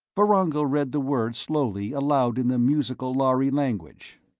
vorongil read the words slowly aloud in the musical lhari language